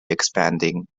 expanding